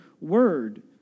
word